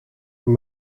een